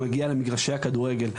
שמגיע למגרשי הכדורגל,